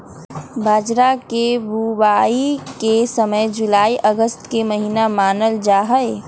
बाजरा के बुवाई के समय जुलाई अगस्त के महीना मानल जाहई